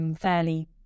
fairly